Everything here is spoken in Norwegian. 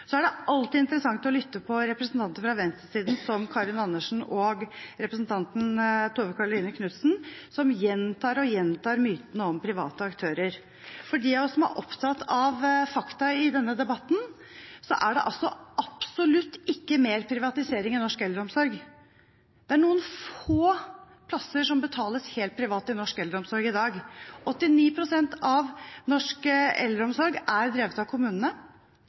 er alltid interessant å lytte til representanter på venstresiden, som representantene Karin Andersen og Tove Karoline Knutsen, som gjentar og gjentar mytene om private aktører. For de av oss som er opptatt av fakta i denne debatten, er det absolutt ikke mer privatisering i norsk eldreomsorg. Det er noen få plasser som betales helt privat i norsk eldreomsorg i dag. 89 pst. av norsk eldreomsorg er drevet av